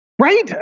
Right